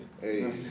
Hey